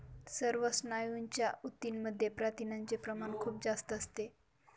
सर्व स्नायूंच्या ऊतींमध्ये प्रथिनांचे प्रमाण खूप जास्त असते